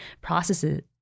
processes